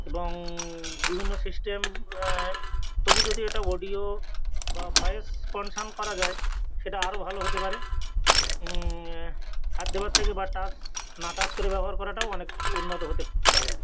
এবং বিভিন্ন সিস্টেম তবু যদি এটা অডিও বা ভয়েস কনসার্ন করা যায় সেটা আরও ভালো হতে পারে হাত দেওয়ার থেকে বা টাচ না টাচ করে ব্যবহার করাটাও অনেক উন্নত হতে পারে আর কি